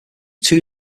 two